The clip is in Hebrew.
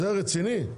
זה רציני?